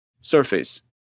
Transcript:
surface